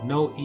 no